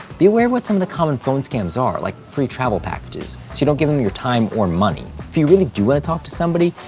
be aware of what some of the most common phone scams are, like free travel packages. so you don't give them your time or money. if you really do wanna talk to somebody,